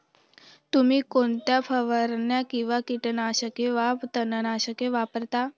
तुम्ही कोणत्या फवारण्या किंवा कीटकनाशके वा तणनाशके वापरता?